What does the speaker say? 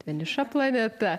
vieniša planeta